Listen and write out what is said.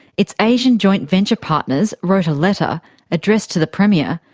its asian joint venture partners wrote a letter addressed to the premier,